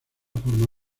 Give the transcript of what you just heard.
forma